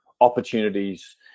opportunities